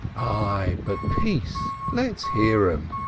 ay but peace! let's hear em.